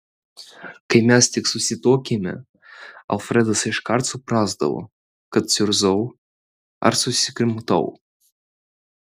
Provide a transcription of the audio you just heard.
kai mes tik susituokėme alfredas iškart suprasdavo kad suirzau ar susikrimtau